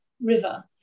river